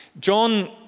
John